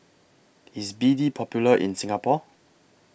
IS B D Popular in Singapore